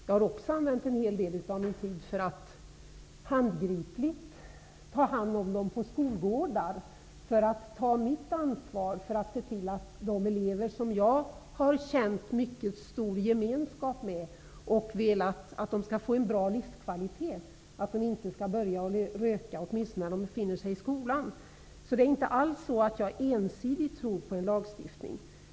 Jag har också använt en hel del av min tid till att handgripligt ta hand om dem på skolgårdar för att ta mitt ansvar att se till att de elever som jag känner mycket stor gemenskap med och vill skall få en bra livskvalitet inte börjar röka -- åtminstone inte i skolan. Jag tror alltså inte ensidigt på en lagstiftning.